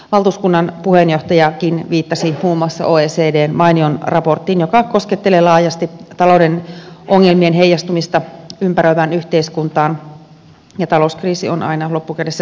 valtuuskunnan puheenjohtajakin viittasi muun muassa oecdn mainioon raporttiin joka koskettelee laajasti talouden ongelmien heijastumista ympäröivään yhteiskuntaan ja talouskriisi on aina loppukädessä demokratian kriisi